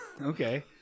Okay